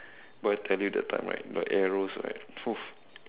but I tell you that time right the arrows right !woo!